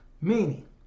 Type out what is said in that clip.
Meaning